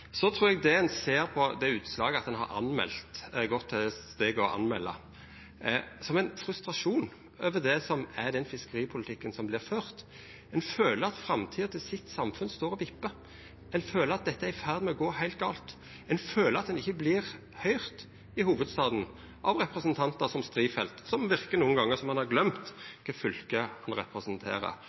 Så trur eg at det ein ser, det utslaget at ein har gått til det steget å melda, er ein frustrasjon over det som er fiskeripolitikken som vert ført. Ein føler at framtida til samfunnet sitt står og vippar. Ein føler at dette er i ferd med å gå heilt gale. Ein føler at ein ikkje vert høyrd i hovudstaden av representantar som Strifeldt, som nokre gonger verkar å ha gløymt kva